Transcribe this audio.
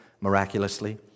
miraculously